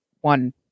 one